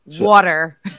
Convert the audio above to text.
water